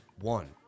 one